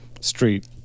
street